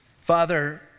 Father